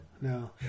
no